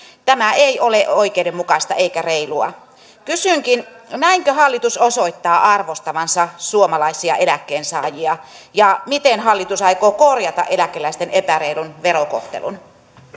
tämä ei ole oikeudenmukaista eikä reilua kysynkin näinkö hallitus osoittaa arvostavansa suomalaisia eläkkeensaajia miten hallitus aikoo korjata eläkeläisten epäreilun verokohtelun